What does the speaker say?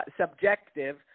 subjective